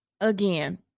Again